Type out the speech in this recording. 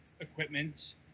equipment